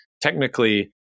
technically